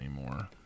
anymore